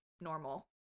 normal